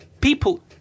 people